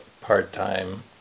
part-time